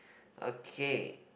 okay